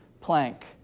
plank